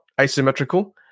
asymmetrical